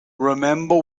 remember